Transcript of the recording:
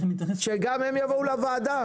שגם הם יבואו לוועדה?